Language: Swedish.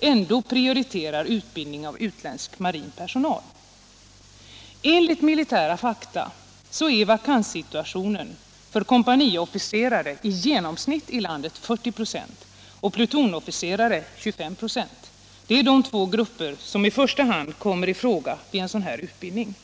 ändå prioriterar utbildning av utländsk marin personal. Enligt militära fakta är vakanssituationen för kompaniofficerare i genomsnitt i landet 40 26 och för plutonofficerare 25 26. Det är de två grupper som i första hand kommer i fråga vid en sådan här utbildning.